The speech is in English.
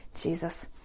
Jesus